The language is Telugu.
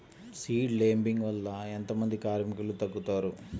సీడ్ లేంబింగ్ వల్ల ఎంత మంది కార్మికులు తగ్గుతారు?